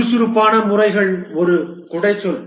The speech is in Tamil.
சுறுசுறுப்பான முறைகள் ஒரு குடைச்சொல்